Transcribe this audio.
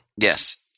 Yes